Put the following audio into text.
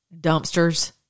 dumpsters